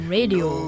Radio